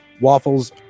Waffles